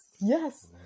yes